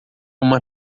uma